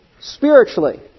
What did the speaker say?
spiritually